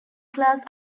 class